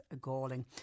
galling